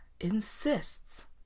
insists